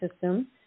system